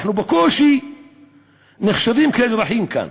אנחנו בקושי נחשבים כאזרחים כאן.